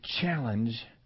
challenge